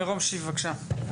מירום שיף, בבקשה.